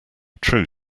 true